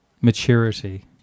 Maturity